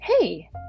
hey